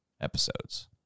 episodes